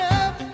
up